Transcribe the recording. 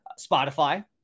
Spotify